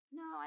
no